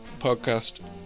podcast